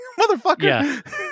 motherfucker